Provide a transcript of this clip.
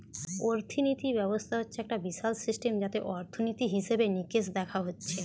অর্থিনীতি ব্যবস্থা হচ্ছে একটা বিশাল সিস্টেম যাতে অর্থনীতি, হিসেবে নিকেশ দেখা হচ্ছে